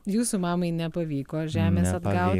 jūsų mamai nepavyko žemės atgaut